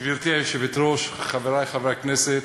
גברתי היושבת-ראש, חברי חברי הכנסת,